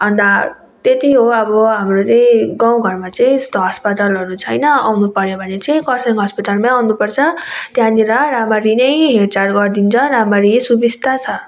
अन्त त्यति हो अब हाम्रो यहीँ गाउँघरमा चाहिँ यस्तो अस्पतालहरू छैन आउनु पर्यो भने चाहिँ कर्सियङ हस्पिटलमै आउनुपर्छ त्यहाँनिर राम्ररी नै हेरचाह गरिदिन्छ राम्ररी सुबिस्ता छ